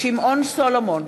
שמעון סולומון,